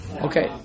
Okay